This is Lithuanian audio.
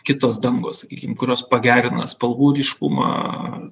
kitos dangos sakykim kurios pagerina spalvų ryškumą